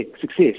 success